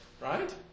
right